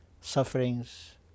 sufferings